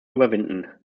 überwinden